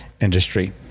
industry